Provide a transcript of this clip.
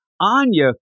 Anya